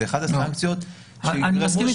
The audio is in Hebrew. זו אחת הסנקציות --- אני מסכים איתך,